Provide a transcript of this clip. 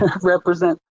represent